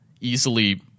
easily